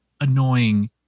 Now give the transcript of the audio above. annoying